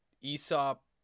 aesop